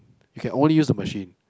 you can only use the machine